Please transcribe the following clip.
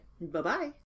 Bye-bye